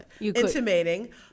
intimating